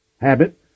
habit